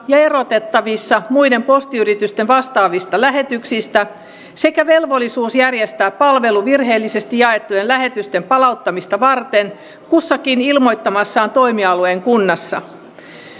ja erotettavissa muiden postiyritysten vastaavista lähetyksistä sekä velvollisuus järjestää palvelu virheellisesti jaettujen lähetysten palauttamista varten kussakin ilmoittamassaan toimialueen kunnassa